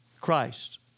Christ